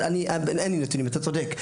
אתה צודק.